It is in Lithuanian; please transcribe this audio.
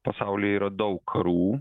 pasaulyje yra daug karų